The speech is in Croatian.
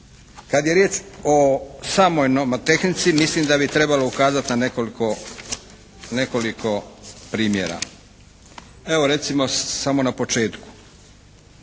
Kad je riječ o samoj nomotehnici, mislim da bi trebalo ukazati na nekoliko primjera. Evo, recimo samo na početku.